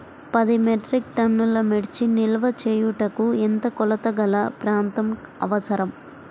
పది మెట్రిక్ టన్నుల మిర్చి నిల్వ చేయుటకు ఎంత కోలతగల ప్రాంతం అవసరం?